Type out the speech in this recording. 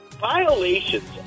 Violations